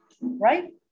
right